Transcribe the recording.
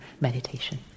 meditation